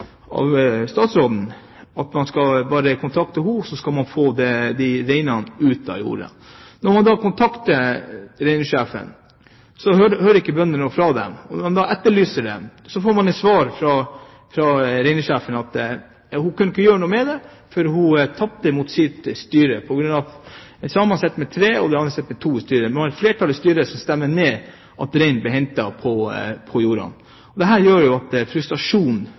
av statsråden, bl.a. at man bare kan kontakte henne, så skal man få reinen bort fra jordene. Når man da kontakter reindriftssjefen, får ikke bøndene noe svar fra henne. Og når man etterlyser det, får man det svaret fra reindriftssjefen at hun ikke kan gjøre noe med det fordi hun tapte mot sitt styre, der samene sitter med tre og de andre sitter med to. Det er altså et flertall i styret som stemmer ned at reinen på jordene skal bli hentet. Dette gjør at frustrasjonen blir ganske stor, og man får konflikter av det. Hvis ministeren viser at